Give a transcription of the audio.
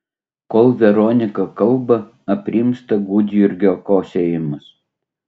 kol veronika kalba aprimsta gudjurgio kosėjimas